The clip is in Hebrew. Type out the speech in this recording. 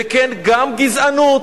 וכן, גם גזענות,